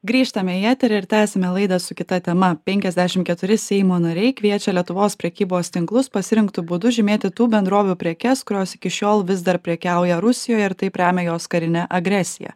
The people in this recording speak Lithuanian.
grįžtame į eterį ir tęsiame laidą su kita tema penkiasdešimt keturi seimo nariai kviečia lietuvos prekybos tinklus pasirinktu būdu žymėti tų bendrovių prekes kurios iki šiol vis dar prekiauja rusijoje ir taip remia jos karinę agresiją